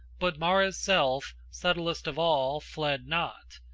but mara's self, subtlest of all, fled not,